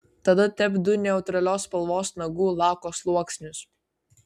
tada tepk du neutralios spalvos nagų lako sluoksnius